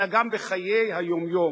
אלא גם בחיי היום-יום.